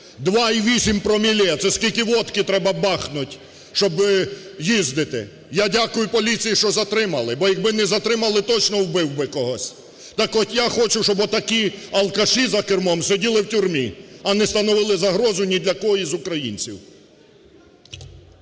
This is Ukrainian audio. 2,8 промілі – це скільки водки треба бахнуть, щоб їздити?! Я дякую поліції, що затримали, бо якби не затримали, точно вбив би когось. Так от я хочу, щоб отакі алкаші за кермом сиділи в тюрмі, а не становили загрозу ні для кого із українців.